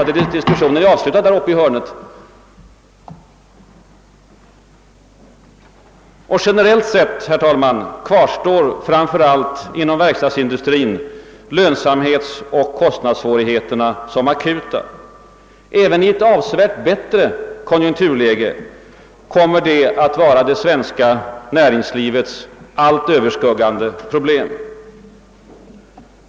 Och generellt sett kvarstår, framför allt inom verkstadsindustrin, lönsamhetsoch kostnadssvårigheterna som akuta. Även i ett avsevärt bättre konjunkturläge kommer de att vara det svenska näringslivets allt överskuggande problem.